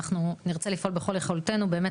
ואנחנו נרצה לפעול בכל יכולתנו כדי באמת